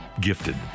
gifted